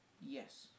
Yes